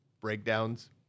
breakdowns